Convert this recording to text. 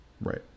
Right